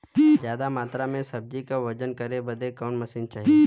ज्यादा मात्रा के सब्जी के वजन करे बदे कवन मशीन चाही?